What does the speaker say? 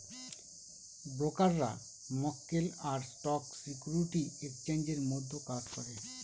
ব্রোকাররা মক্কেল আর স্টক সিকিউরিটি এক্সচেঞ্জের মধ্যে কাজ করে